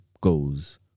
goes